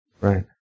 Right